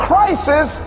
Crisis